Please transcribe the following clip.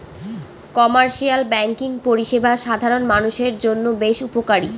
commercial banking পরিষেবা সাধারণ মানুষের জন্য বেশ উপকারী